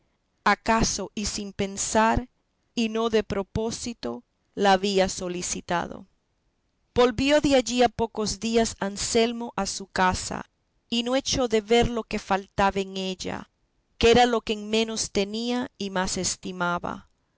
acaso y sin pensar y no de propósito la había solicitado volvió de allí a pocos días anselmo a su casa y no echó de ver lo que faltaba en ella que era lo que en menos tenía y más estimaba